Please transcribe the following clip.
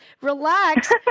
relax